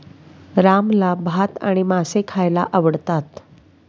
रामला भात आणि मासे खायला आवडतात